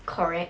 correct